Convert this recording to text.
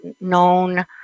known